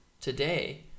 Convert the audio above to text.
today